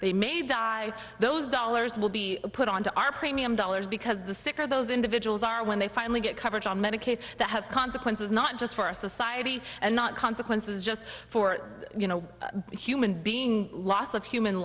they may die those dollars will be put on to our premium dollars because the sicker those individuals are when they finally get coverage on medicaid that has consequences not just for society and not consequences just for you know human being loss of human